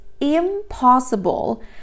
impossible